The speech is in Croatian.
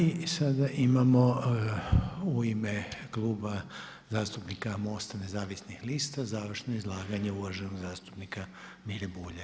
I sada imamo u ime Kluba zastupnika Mosta nezavisnih lista, završno izlaganje zastupnika Mire Bulja.